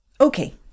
Okay